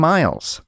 Miles